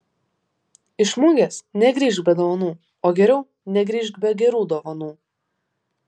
iš mugės negrįžk be dovanų o geriau negrįžk be gerų dovanų